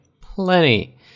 plenty